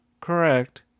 correct